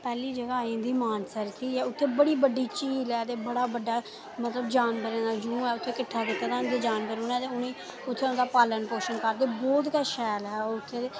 पैह्ला जगह् आई जंदी मानसर उत्थै बड़ी बड्डी झील ऐ ते बड़ा बड्डा मतलब जानवरें दा जूऽ ऐ उत्थै किट्ठा कीता दा होंदा जानवर उनें उत्थे उंदा पालन पोशन करदे बहुत गै शैल ऐ ओह् उत्थै